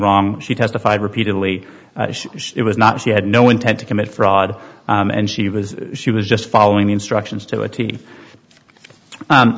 wrong she testified repeatedly it was not she had no intent to commit fraud and she was she was just following the instructions to a t